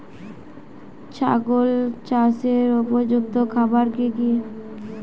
ছাগল চাষের উপযুক্ত খাবার কি কি?